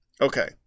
Okay